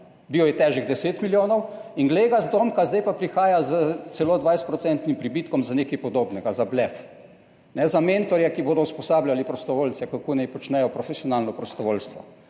težek je bil 10 milijonov, in glej ga zlomka, zdaj pa prihaja s celo 20-odstotnim pribitkom za nekaj podobnega, za blef, ne za mentorje, ki bodo usposabljali prostovoljce, kako naj počnejo profesionalno prostovoljstvo.